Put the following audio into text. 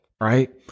right